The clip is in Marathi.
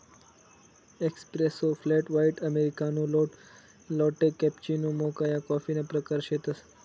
espresso, flat white, americano, latte, cappuccino, mocha या कॉफीना प्रकार शेतसं